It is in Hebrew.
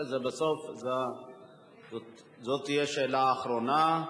זו תהיה השאלה האחרונה.